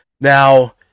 Now